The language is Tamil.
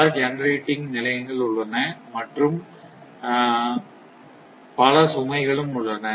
பல ஜெனரேட்டிங் நிலையங்கள் உள்ளன மற்றும் மற்றும் பல சுமைகளும் உள்ளன